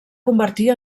convertir